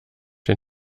den